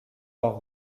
leur